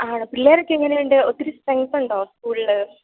ആണോ പിള്ളേരൊക്കെ എങ്ങനെയുണ്ട് ഒത്തിരി സ്ട്രെങ്ത് ഉണ്ടോ സ്കൂളിൽ